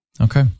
okay